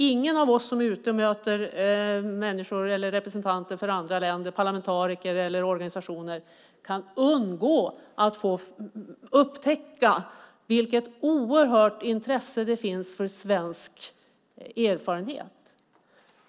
Ingen av oss som är ute och möter människor eller representanter för andra länder, parlamentariker eller organisationer, kan undgå att upptäcka vilket oerhört intresse det finns för svensk erfarenhet.